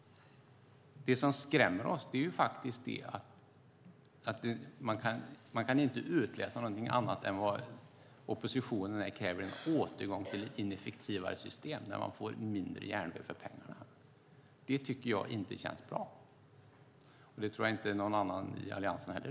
Det som skrämmer oss är att vi inte kan utläsa något annat än att oppositionen kräver en återgång till ett ineffektivt system där vi får mindre järnväg för pengarna. Det känns inte bra, och det tycker nog ingen annan i Alliansen heller.